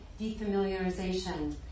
defamiliarization